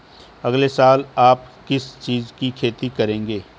अगले साल आप किस चीज की खेती करेंगे?